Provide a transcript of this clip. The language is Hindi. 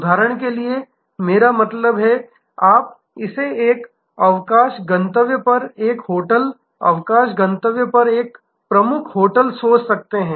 उदाहरण के लिए मेरा मतलब है आप इसे एक अवकाश गंतव्य पर एक होटल अवकाश गंतव्य पर एक प्रमुख होटल सोच सकते हैं